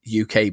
UK